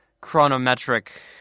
chronometric –